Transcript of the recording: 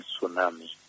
tsunami